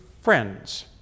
friends